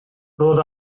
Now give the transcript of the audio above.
roedd